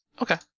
Okay